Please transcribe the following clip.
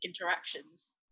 interactions